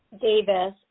Davis